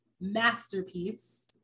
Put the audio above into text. masterpiece